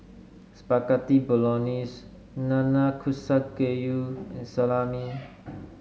Spaghetti Bolognese Nanakusa Gayu and Salami